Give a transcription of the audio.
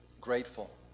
grateful